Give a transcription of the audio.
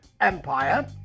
Empire